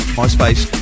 myspace